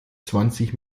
zwanzig